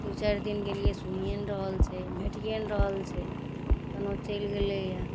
दू चारि दिन गेलियै सुनिए नहि रहल छै भेटिए नहि रहल छै कनहो चलि गेलैए